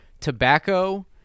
tobacco